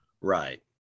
Right